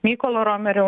mykolo romerio